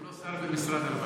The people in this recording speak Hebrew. הוא לא שר במשרד הרווחה.